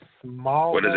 small